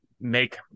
make